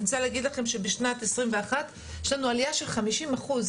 אני רוצה להגיד לכם שבשנת 2021 יש לנו עלייה של 50 אחוז